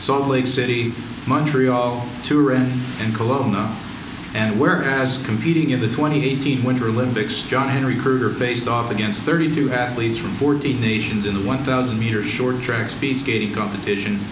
so lake city montreal to read and cologne and wear as competing in the twenty eighteen winter olympics john henry her faced off against thirty two athletes from fourteen nations in the one thousand meter short track speed skating competition